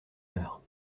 heure